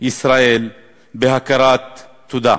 ישראל בהכרת תודה.